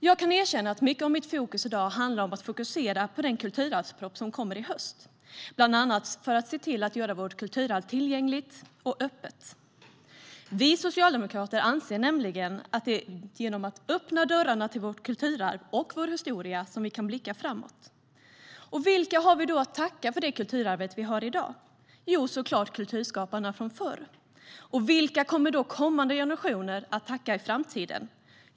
Jag kan erkänna att mycket av mitt fokus i dag handlar om att fokusera på den kulturarvsproposition som kommer i höst om att bland annat se till att göra vårt kulturarv tillgängligt och öppet. Vi socialdemokrater anser nämligen att det är genom att öppna dörrarna till vårt kulturarv och vår historia som vi kan blicka framåt. Vilka har vi då att tacka för det kulturarv vi har i dag? Jo, såklart kulturskaparna från förr. Och vilka kommer då kommande generationer att tacka i framtiden?